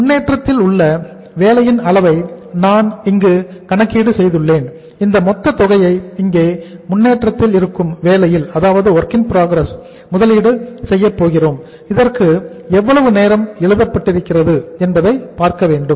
முன்னேற்றத்தில் உள்ள வேலையின் அளவை நான் இங்கு கணக்கீடு செய்துள்ளேன் இந்த மொத்த தொகையை இங்கே முன்னேற்றத்தில் இருக்கும் வேலையில் முதலீடு செய்யப்போகிறோம் இதற்கு எவ்வளவு நேரம் எழுதப்பட்டிருக்கிறது என்பதை பார்க்க வேண்டும்